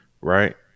right